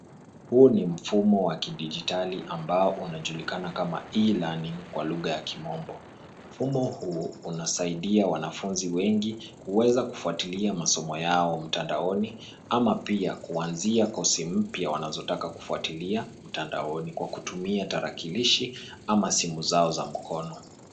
Huu ni mfumo wa kidijitali ambao unajulikana kama e-learning kwa lugha ya kimombo. Mfumo huu unasaidia wanafunzi wengi kuweza kufuatilia masomo yao mtandaoni ama pia kuanzia kosi mpya wanazotaka kufuatilia mtandaoni kwa kutumia tarakilishi ama simu zao za mkono.